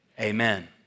amen